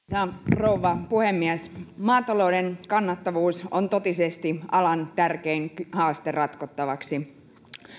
rouva puhemies maatalouden kannattavuus on totisesti alan tärkein haaste ratkottavaksi